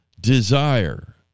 desire